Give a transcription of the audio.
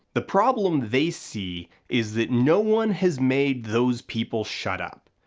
the problem they see is that no one has made those people shut up.